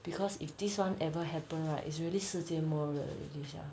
because if this one ever happen right it's really 世界末日 already sia